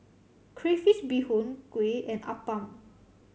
crayfish beehoon kuih and appam